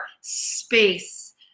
space